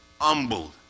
humbled